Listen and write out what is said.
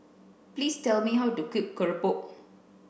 please tell me how to cook Keropok